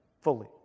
fully